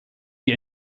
die